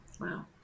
Wow